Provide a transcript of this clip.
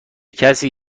کسی